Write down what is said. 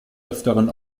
öfteren